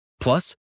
Plus